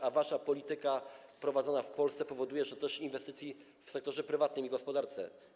A wasza polityka prowadzona w Polsce powoduje, że nie ma też inwestycji w sektorze prywatnym i gospodarce.